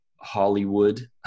Hollywood